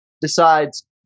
decides